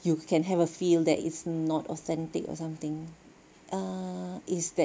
you can have a feel like it's not authentic or something uh is that